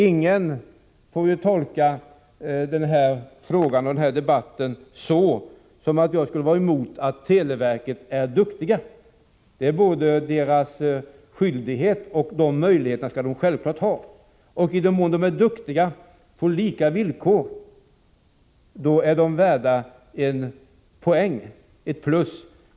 Ingen får tolka den här debatten som att jag skulle ha något emot att televerket är driftigt. Det är dess skyldighet, och det skall självfallet ha möjligheter härtill. I den mån televerket är duktigt på lika villkor som andra företag är det värt ett plus.